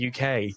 UK